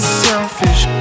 selfish